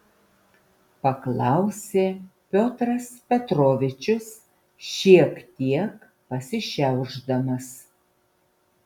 paklausė piotras petrovičius šiek tiek pasišiaušdamas